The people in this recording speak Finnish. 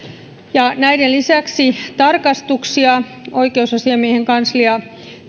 näiden lisäksi tarkastuksia oikeusasiamiehen kanslia